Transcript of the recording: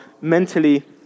mentally